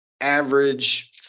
average